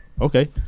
okay